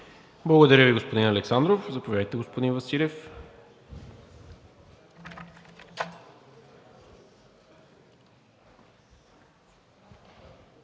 Благодаря Ви, господин Александров. Заповядайте, господин Василев.